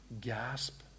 gasp